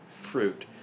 fruit